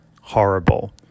horrible